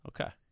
Okay